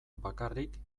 bakarrik